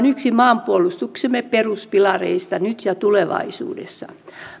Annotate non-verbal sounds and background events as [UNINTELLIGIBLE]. [UNINTELLIGIBLE] yksi maanpuolustuksemme peruspilareista nyt ja tulevaisuudessa